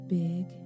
big